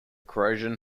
corrosion